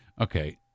Okay